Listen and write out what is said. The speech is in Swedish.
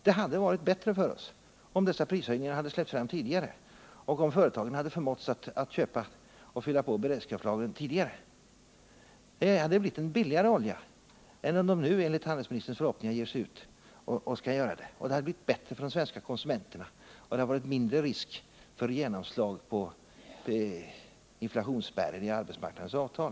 Det skulle ha varit bättre för oss, om de nu vidtagna prishöjningarna hade släppts fram tidigare och om företagen snabbare hade förmåtts att fylla på beredskapslagren. De hade då fått tillgång till en billigare olja än om de nu, enligt handelsministerns förhoppningar, ger sig ut på marknaden för att fylla på lagren. Det hade också blivit bättre för konsumenterna och mindre risk för genomslag på inflationsspärren i arbetsmarknadens avtal.